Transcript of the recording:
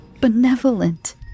benevolent